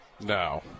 No